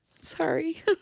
Sorry